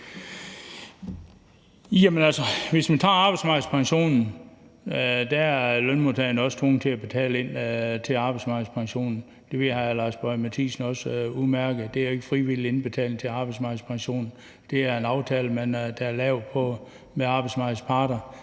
lad os tage arbejdsmarkedspensionen. Lønmodtagerne er også tvunget til at betale ind til arbejdsmarkedspensionen. Det ved hr. Lars Boje Mathiesen også udmærket. Det er ikke frivilligt at indbetale til arbejdsmarkedspensionen, det er en aftale, der er lavet med arbejdsmarkedets parter